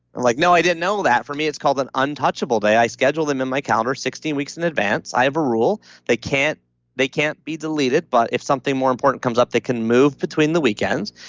and like i didn't know that. for me, it's called an untouchable day. i scheduled them in my calendar sixteen weeks in advance. i have a rule. they can't they can't be deleted but if something more important comes up, they can move between the weekends,